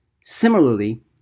Similarly